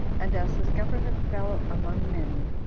and as his government fell among many,